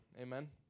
Amen